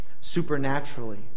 supernaturally